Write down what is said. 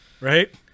right